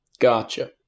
Gotcha